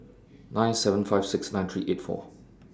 nine seven five six nine three eight four